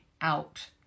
out